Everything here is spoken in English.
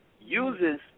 uses